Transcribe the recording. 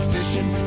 Fishing